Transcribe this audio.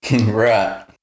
Right